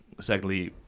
Secondly